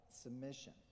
submission